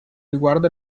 riguarda